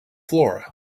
flora